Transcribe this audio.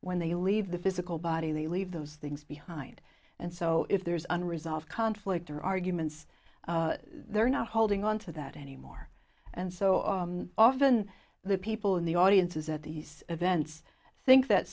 when they leave the physical body they leave those things behind and so if there's unresolved conflict or arguments they're not holding on to that anymore and so often the people in the audiences at these events think that